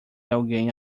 alguém